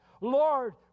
Lord